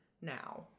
now